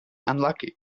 unlucky